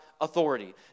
authority